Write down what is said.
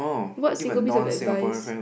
what single piece of advice